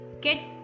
get